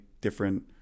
different